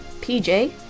PJ